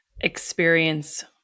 experience